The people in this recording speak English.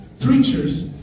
preachers